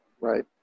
right